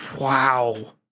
wow